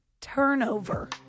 turnover